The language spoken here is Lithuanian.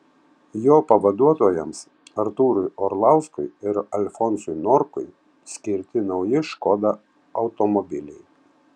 jo pavaduotojams artūrui orlauskui ir alfonsui norkui skirti nauji škoda automobiliai